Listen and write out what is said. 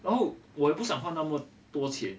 然后我也不想花那么多钱